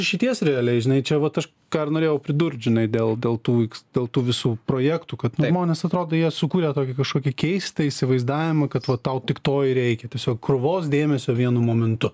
išeities realiai žinai čia vat aš ką ir norėjau pridurt žinai dėl dėl tų dėl tų visų projektų kad žmonės atrodo jie sukūrė tokį kažkokį keistą įsivaizdavimą kad vat tau tik to ir reikia tiesiog krūvos dėmesio vienu momentu